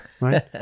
Right